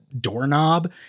doorknob